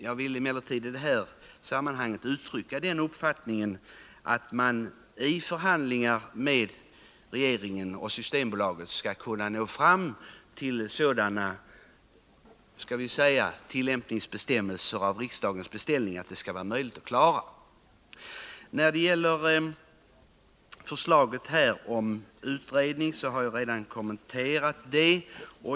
Jag vill emellertid i detta sammanhang uttrycka den uppfattningen att man i förhandlingar mellan regeringen och Systembolaget skall kunna nå fram till sådana tillämpningsbestämmelser avseende riksdagens beställning att det skall vara möjligt att klara denna uppgift. Förslaget om utredning har jag redan kommenterat.